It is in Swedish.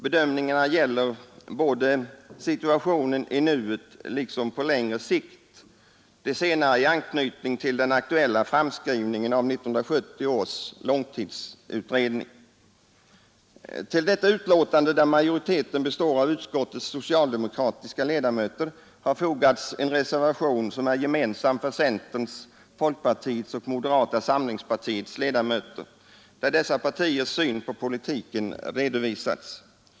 Bedömningen gäller situationen både i nuet och på längre sikt, det senare i anknytning till den aktuella framskriv Till detta betänkande, där majoriteten består av utskottets socialdemokratiska ledamöter, har fogats en reservation som är gemensam för centerns, folkpartiets och moderata samlingspartiets ledamöter, vari dessa partiers syn på politiken redovisas.